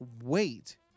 wait